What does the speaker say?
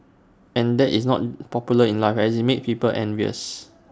and that is not popular in life as IT makes people envious